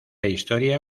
historia